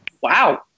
Wow